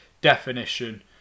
definition